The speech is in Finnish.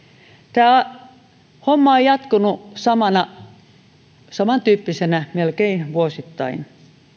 tämä homma on jatkunut samantyyppisenä melkein vuosittain